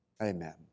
Amen